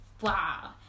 wow